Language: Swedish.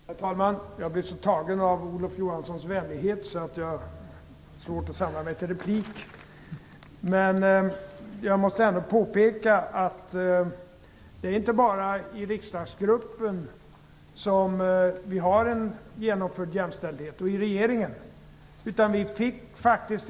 Herr talman! Jag blir så tagen av Olof Johanssons vänlighet att jag har svårt att samla mig till en replik, men jag måste påpeka att vi inte bara har uppnått jämställdhet i riksdagsgruppen och i regeringen.